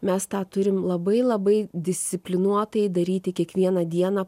mes tą turim labai labai disciplinuotai daryti kiekvieną dieną